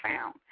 found